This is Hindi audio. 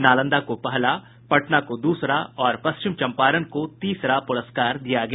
नालंदा को पहला पटना को दूसरा और पश्चिम चंपारण को तीसरा पुरस्कार दिया गया